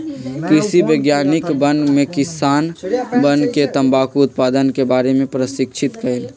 कृषि वैज्ञानिकवन ने किसानवन के तंबाकू उत्पादन के बारे में प्रशिक्षित कइल